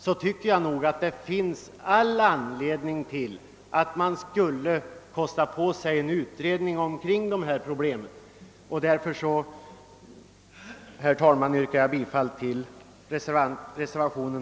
Jag tycker därför att det finns all anledning att kosta på sig en utredning om dessa problem och ber, herr talman, att få yrka bifall till reservationen.